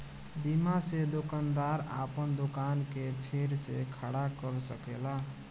बीमा से दोकानदार आपन दोकान के फेर से खड़ा कर सकेला